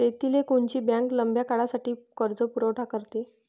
शेतीले कोनची बँक लंब्या काळासाठी कर्जपुरवठा करते?